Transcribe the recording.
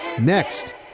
next